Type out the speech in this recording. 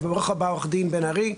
עו"ד בן ארי,